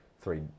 three